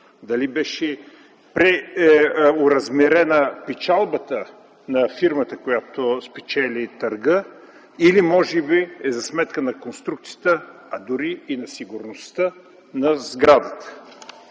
дали беше оразмерена печалбата на фирмата, която спечели търга, или може би е за сметка на конструкцията, а дори и на сигурността на сградата.